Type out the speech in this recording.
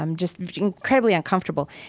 um just incredibly uncomfortable.